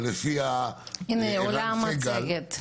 אבל לפי פרופ' ערן סגל,